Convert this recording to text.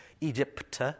Egypt